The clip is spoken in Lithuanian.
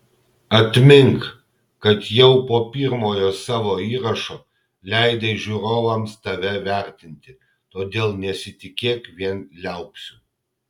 atmink kad jau po pirmojo savo įrašo leidai žiūrovams tave vertinti todėl nesitikėk vien liaupsių